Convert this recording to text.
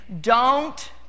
Don't